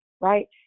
right